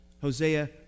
Hosea